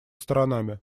сторонами